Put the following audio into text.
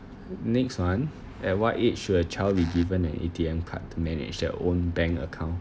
next one at what age should a child be given an A_T_M card to manage their own bank account